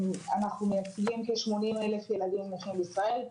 אנחנו מייצגים כשמונים אלף ילדים נכים בישראל.